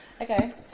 Okay